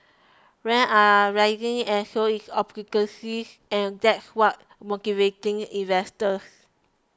rents are rising and so is occupancies and that's what's motivating investors